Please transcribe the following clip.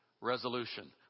resolution